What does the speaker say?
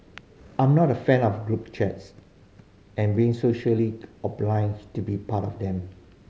I'm not a fan of group chats and being socially obliged to be part of them